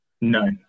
No